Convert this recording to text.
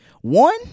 One